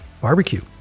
barbecue